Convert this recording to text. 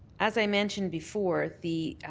as i mentioned before, the